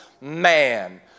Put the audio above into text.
man